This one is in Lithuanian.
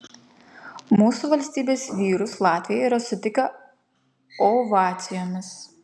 mūsų valstybės vyrus latviai yra sutikę ovacijomis